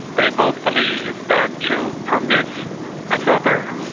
they both believe that to permit another,